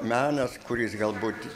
menas kuris galbūt